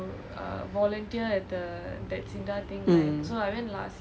mmhmm